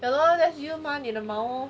ya lor just use mah 你的毛